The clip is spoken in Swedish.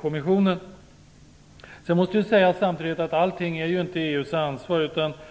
kommissionen. Samtidigt måste det sägas att allt inte är EU:s ansvar.